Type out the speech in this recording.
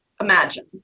imagine